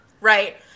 Right